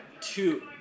two